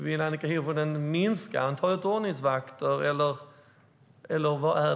Vill Annika Hirvonen minska antalet ordningsvakter, eller vad menas?